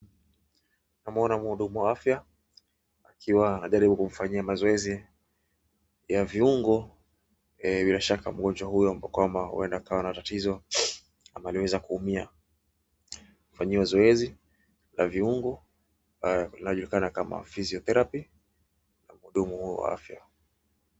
Naona mhudumu wa afya akiwa anajaribu kumfanyia mazoezi ya viungo. Bila shaka mgonjwa huyo ambaye kwamba huenda akawa na tatizo ama aliweza kuumia. Kufanyiwa zoezi la viungo linajulikana kama physiotherapy na mhudumu huyo wa afya.